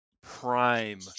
prime